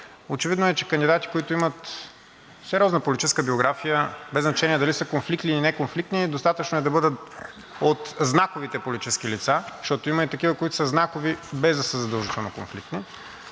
очевидно е, че кандидати, които имат сериозна политическа биография, без значение е дали са конфликтни, или неконфликтни, достатъчно е да бъдат от знаковите политически лица, защото има и такива, които са знакови, без да са задължително конфликтни,